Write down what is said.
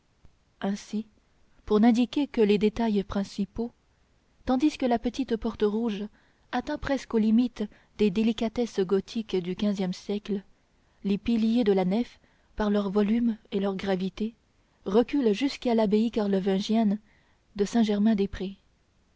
ainsi pour n'indiquer ici que les détails principaux tandis que la petite porte rouge atteint presque aux limites des délicatesses gothiques du quinzième siècle les piliers de la nef par leur volume et leur gravité reculent jusqu'à l'abbaye carlovingienne de saint-germain-des-prés